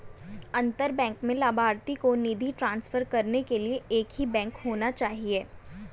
अंतर बैंक में लभार्थी को निधि ट्रांसफर करने के लिए एक ही बैंक होना चाहिए